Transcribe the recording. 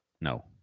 No